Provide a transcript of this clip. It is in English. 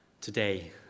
today